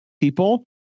people